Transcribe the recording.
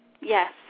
Yes